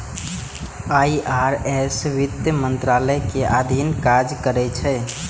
IRS वित्त मंत्रालय के अधीन काज करै छै